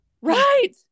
right